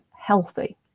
healthy